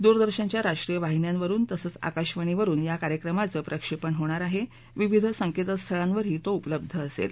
दुरदर्शनच्या राष्ट्रीय वाहिन्यांवरुन तसंच आकाशवाणीवरुन या कार्यक्रमाचं प्रक्षेपण होणार असून विविध संकेत स्थळांवरही तो उपलब्ध असेल